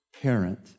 parent